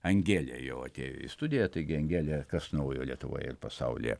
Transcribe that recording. angelė jau atėjo į studiją taigi angele kas naujo lietuvoje ir pasaulyje